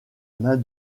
main